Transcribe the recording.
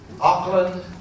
Auckland